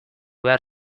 behar